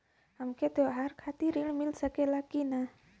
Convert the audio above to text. हमके त्योहार खातिर त्रण मिल सकला कि ना?